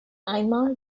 einmal